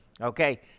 Okay